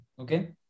Okay